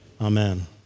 Amen